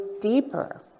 deeper